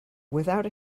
without